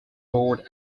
board